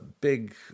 big